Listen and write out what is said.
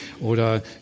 oder